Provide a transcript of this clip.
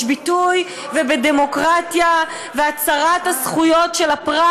ביטוי ובדמוקרטיה ובהצרת הזכויות של הפרט.